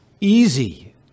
Easy